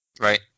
right